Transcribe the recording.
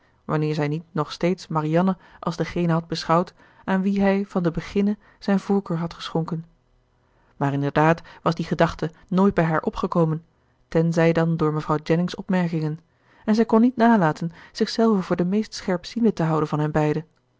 wanneer zij niet nog steeds marianne als degene had beschouwd aan wie hij van den beginne zijne voorkeur had geschonken maar inderdaad was die gedachte nooit bij haar opgekomen tenzij dan door mevrouw jennings opmerkingen en zij kon niet nalaten zichzelve voor de meest scherpziende te houden van hen beiden